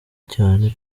cyane